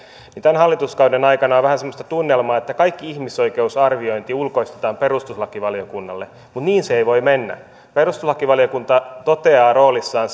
että tämän hallituskauden aikana on vähän semmoista tunnelmaa että kaikki ihmisoikeusarviointi ulkoistetaan perustuslakivaliokunnalle niin se ei voi mennä perustuslakivaliokunta toteaa roolissaan